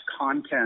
content